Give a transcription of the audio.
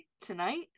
tonight